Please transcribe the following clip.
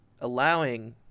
allowing